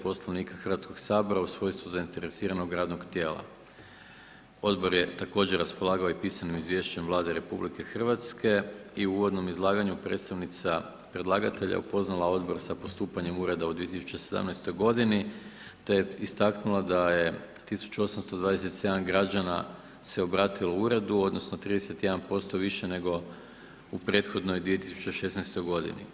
Poslovnika Hrvatskog sabora u svojstvu zainteresiranog radnog tijela. odbor je također raspolagao i pisanim izvješćem Vlade RH i u uvodnom izlaganju predstavnica predlagatelja upoznala odbor sa postupanjem ureda u 2017. godini te je istaknula da je 1827 građana se obratilo uredu odnosno 31% više nego u prethodnoj 2016. godini.